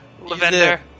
Lavender